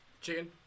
Chicken